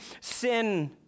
sin